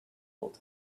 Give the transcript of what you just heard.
old